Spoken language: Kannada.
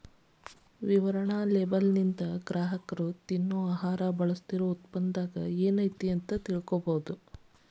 ವಿವರಣಾತ್ಮಕ ಲೇಬಲ್ಲಿಂದ ಗ್ರಾಹಕರ ತಿನ್ನೊ ಆಹಾರ ಬಳಸ್ತಿರೋ ಉತ್ಪನ್ನದಾಗ ಏನೈತಿ ಅಂತ ತಿಳಿತದ